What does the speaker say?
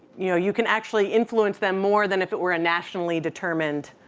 you know you can actually influence them more than if it were a nationally determined